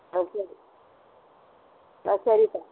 ஆ கேட்குது ஆ சரிப்பா